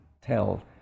tell